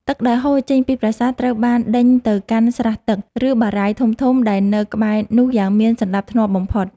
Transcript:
ទឹកដែលហូរចេញពីប្រាសាទត្រូវបានដេញទៅកាន់ស្រះទឹក ឬ បារាយណ៍ធំៗដែលនៅក្បែរនោះយ៉ាងមានសណ្តាប់ធ្នាប់បំផុត។